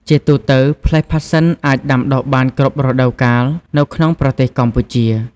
ជាទូទៅ ផ្លែផាសសិនអាចដាំដុះបាន គ្រប់រដូវកាល នៅក្នុងប្រទេសកម្ពុជា។